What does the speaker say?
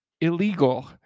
illegal